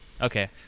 Okay